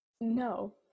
no